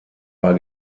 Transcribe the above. war